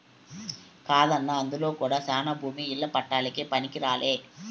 కాదన్నా అందులో కూడా శానా భూమి ఇల్ల పట్టాలకే పనికిరాలే